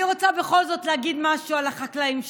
אני רוצה בכל זאת להגיד משהו על החקלאים שלנו.